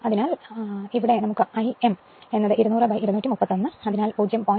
അതിനാൽ Im 200231 അതിനാൽ 0